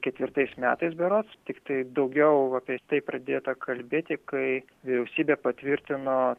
ketvirtais metais berods tiktai daugiau apie tai pradėta kalbėti kai vyriausybė patvirtino